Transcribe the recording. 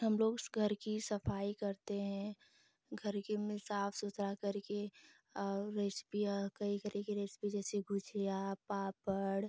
हमलोग उस घर की सफ़ाई करते हैं घर के में साफ़ सुथरा करके और रेसिपी या कई तरह की रेसिपी जैसे गुझिया पापड़